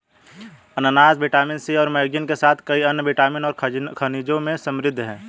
अनन्नास vitamin C और manganese के साथ कई अन्य विटामिन और खनिजों में समृद्ध हैं